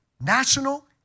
national